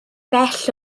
bell